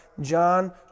John